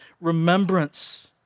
remembrance